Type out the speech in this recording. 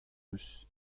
eus